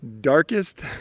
darkest